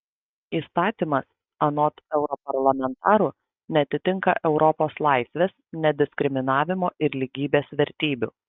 įstatymas anot europarlamentarų neatitinka europos laisvės nediskriminavimo ir lygybės vertybių